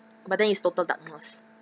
but then it's total darkness